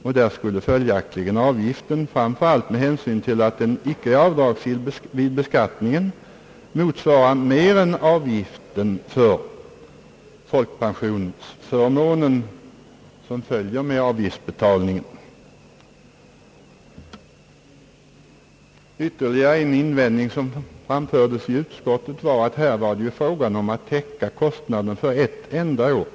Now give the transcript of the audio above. För dem skulle följaktligen, framför allt med hänsyn till att den icke är avdragsgill vid beskattningen, motsvara mer än den folkpensionsförmån som följer med avgiftsbetalningen. Ytterligare en invändning, som framfördes i utskottet, gällde att det här var fråga om att täcka kostnaden för ett enda år.